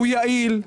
הוא יעיל,